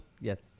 yes